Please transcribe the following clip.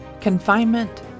Confinement